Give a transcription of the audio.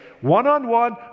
One-on-one